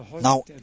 now